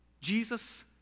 Jesus